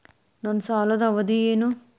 ನನ್ನ ಸಾಲದ ಅವಧಿ ಏನು?